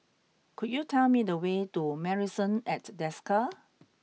could you tell me the way to Marrison at Desker